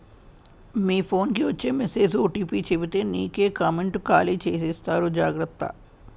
మీ phone కి వచ్చే message OTP చెప్పితే నీకే కామెంటు ఖాళీ చేసేస్తారు జాగ్రత్త